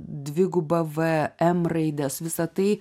dviguba v em raides visa tai